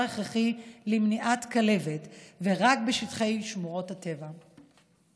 הכרחי למניעת כלבת ורק בשטחי שמורות הטבע.